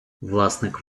власник